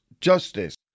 Justice